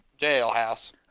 jailhouse